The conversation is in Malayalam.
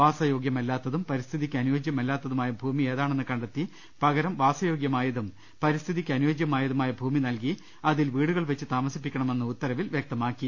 വാസയോഗ്യമല്ലാത്തതും പരിസ്ഥി തിക്ക് അനുയോജ്യമല്ലാത്തതുമായ ഭൂമി ഏതാണ്ണെന്ന് കണ്ടെത്തി പകരം വാസയോഗൃമായതും പരിസ്ഥിതിക്ക് അനൂയോജ്യമായതു മായ ഭൂമി നൽകി അതിൽ വീടുകൾ വെച്ച് ത്രാമ്യസിപ്പിക്കണമെന്ന് ഉത്തരവിൽ വ്യക്തമാക്കി